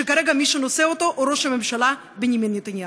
שכרגע מי שנושא אותו הוא ראש הממשלה בנימין נתניהו.